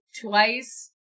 twice